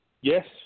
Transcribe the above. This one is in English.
Yes